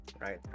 right